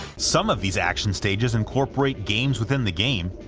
some of these action stages incorporate games-within-the-game,